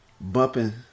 bumping